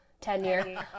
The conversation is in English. tenure